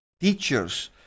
teachers